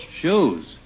Shoes